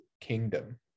kingdom